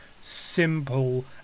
simple